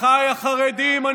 אחיי החרדים,